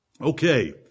Okay